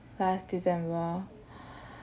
last december